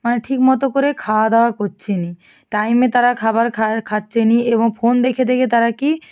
মানে ঠিকমতো করে খাওয়া দাওয়া করছে না টাইমে তারা খাবার খাচ্ছে না এবং ফোন দেখে দেখে তারা কী